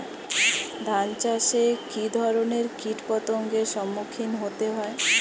ধান চাষে কী ধরনের কীট পতঙ্গের সম্মুখীন হতে হয়?